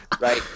Right